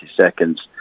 seconds